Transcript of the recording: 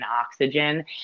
oxygen